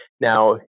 now